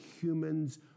humans